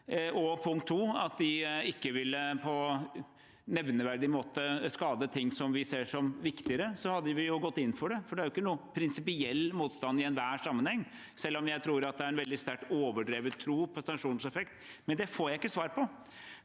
punkt to, at de ikke på nevneverdig måte ville skade ting vi ser som viktigere, hadde vi jo gått inn for det. Det er ikke en prinsipiell motstand mot dette i enhver sammenheng, selv om jeg tror det er en veldig sterkt overdreven tro på sanksjonseffekt, men det får jeg ikke svar på.